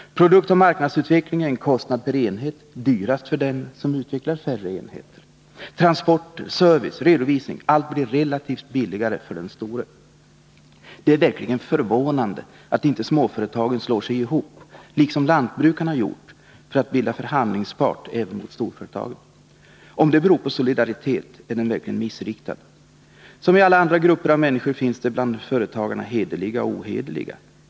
Produktoch marknadsutveckling är en kostnad per enhet — dyrast för den som utvecklar färre enheter. Transporter, service, redovisning — allt blir relativt billigare för den store. Det är verkligen förvånande att inte småföretagen liksom lantbrukarna gjort slår sig ihop för att bilda förhandlingspart även mot storföretagen. Om det beror på solidaritet, är den verkligen missriktad. Som i alla andra grupper av människor finns det bland företagarna hederliga och ohederliga.